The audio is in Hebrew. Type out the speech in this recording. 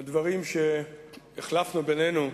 בדברים שהחלפנו בינינו,